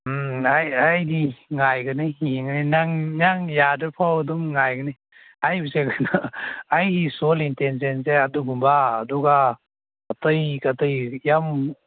ꯎꯝ ꯑꯩꯗꯤ ꯉꯥꯏꯒꯅꯤ ꯌꯦꯡꯒꯅꯤ ꯅꯪ ꯅꯪꯌꯥꯗ꯭ꯔꯤꯐꯥꯎ ꯑꯗꯨꯝ ꯉꯥꯏꯒꯅꯤ ꯑꯩ ꯍꯧꯖꯤꯛ ꯑꯩꯒꯤ ꯁꯣꯜ ꯏꯟꯇꯦꯟꯁꯦꯟꯁꯦ ꯑꯗꯨꯒꯨꯝꯕ ꯑꯗꯨꯒ ꯑꯇꯩ ꯑꯇꯩ ꯌꯥꯝ